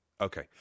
Okay